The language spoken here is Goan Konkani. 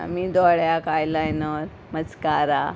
आमी दोळ्या काय आयलायनर मस्कारा